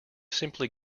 simply